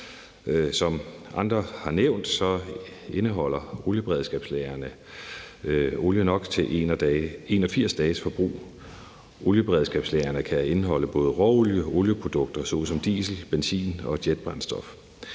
Som andre har nævnt, indeholder olieberedskabslagrene olie nok til 81 dages forbrug. Olieberedskabslagrene kan indeholde både råolie og olieprodukter såsom diesel, benzin og jetbrændstof.